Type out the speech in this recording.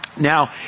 now